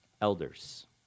elders